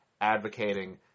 advocating